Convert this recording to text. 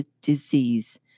disease